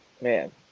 Man